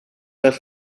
all